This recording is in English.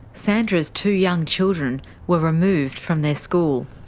sandra's two young children were removed from their school.